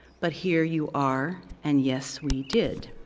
but here you are, and yes we did.